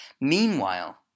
Meanwhile